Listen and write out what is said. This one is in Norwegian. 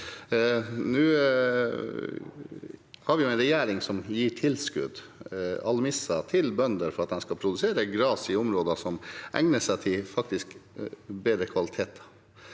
Nå har vi en regjering som gir tilskudd – almisser – til bønder, for at de skal produsere gress i områder som faktisk egner seg til bedre kvaliteter.